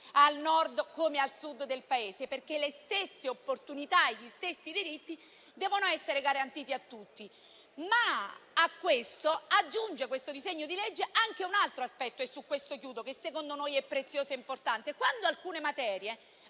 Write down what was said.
al Nord come al Sud del Paese, perché le stesse opportunità e gli stessi diritti devono essere garantiti a tutti. A ciò questo disegno di legge aggiunge anche un altro aspetto - e su questo chiudo - che secondo noi è prezioso e importante. Abbiamo parlato